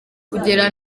kugera